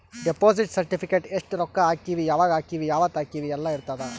deposit certificate ಎಸ್ಟ ರೊಕ್ಕ ಹಾಕೀವಿ ಯಾವಾಗ ಹಾಕೀವಿ ಯಾವತ್ತ ಹಾಕೀವಿ ಯೆಲ್ಲ ಇರತದ